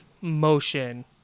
motion